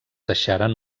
deixaren